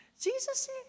Jesus